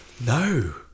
No